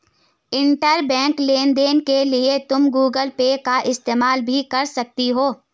intrabank लेन देन के लिए तुम गूगल पे का इस्तेमाल भी कर सकती हो